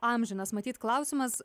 amžinas matyt klausimas